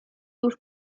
już